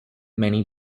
many